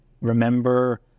remember